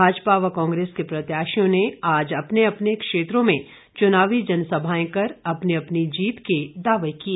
भाजपा व कांग्रेस के प्रत्याशियों ने आज अपने अपने क्षेत्रों में चुनावी जनसभाएं कर अपनी अपनी जीत के दावे किए